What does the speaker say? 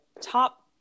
top